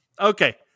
Okay